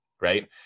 right